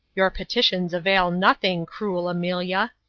your petitions avail nothing, cruel amelia.